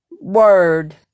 word